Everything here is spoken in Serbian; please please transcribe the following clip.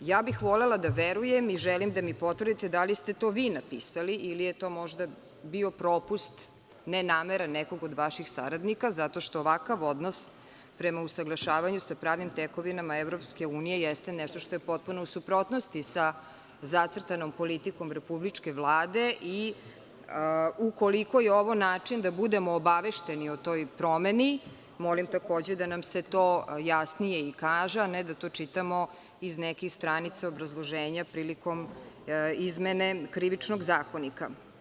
Volela bih da verujem i želim da mi potvrdite – da li ste to vi napisali ili je to možda bio propust nenameran nekog od vaših saradnika zato što ovakav odnos prema usaglašavanju sa pravnim tekovinama EU jeste nešto što je u potpunoj suprotnosti sa zacrtanom politikom Republičke vlade i ukoliko je ovo način da budemo obavešteni o toj promeni, molim takođe da nam se to jasnije i kaže, a ne da to čitamo iz nekih stranica obrazloženja prilikom izmene Krivičnog zakonika.